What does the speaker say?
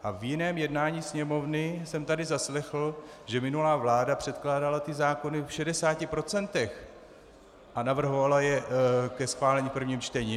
A v jiném jednání Sněmovny jsem tady zaslechl, že minulá vláda předkládala zákony v 60 procentech a navrhovala je ke schválení v prvním čtení.